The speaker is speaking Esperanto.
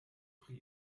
pri